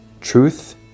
Truth